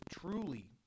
truly